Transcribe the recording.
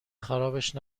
خرابش